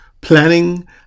planning